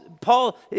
Paul